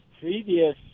previous